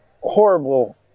horrible